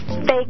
Fake